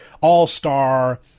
all-star